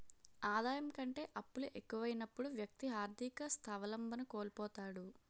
ఆదాయం కంటే అప్పులు ఎక్కువైనప్పుడు వ్యక్తి ఆర్థిక స్వావలంబన కోల్పోతాడు